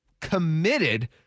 committed